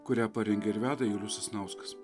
kurią parengė ir veda julius sasnauskas